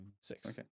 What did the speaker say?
Six